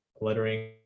lettering